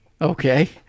Okay